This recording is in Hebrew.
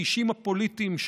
האישיים והפוליטיים,